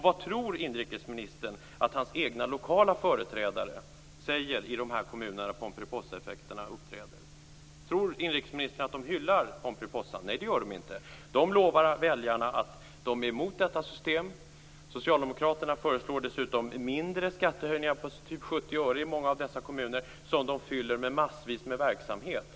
Vad tror inrikesministern att hans egna lokala företrädare säger i de här kommunerna när pomperipossaeffekterna uppträder? Tror inrikesministern att de hyllar Pomperipossa? Nej, det gör de inte. De lovar väljarna att de är emot detta system. Socialdemokraterna föreslår dessutom mindre skattehöjningar, typ 70 öre, i många av dessa kommuner, som de fyller med massvis med verksamhet.